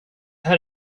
här